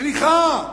סליחה,